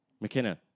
McKenna